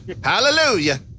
Hallelujah